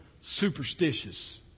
superstitious